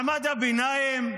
מעמד הביניים,